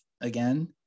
again